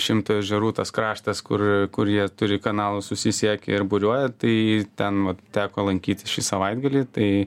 šimto ežerų tas kraštas kur kur jie turi kanalus susisiekia ir buriuoja tai ten man teko lankytis šį savaitgalį tai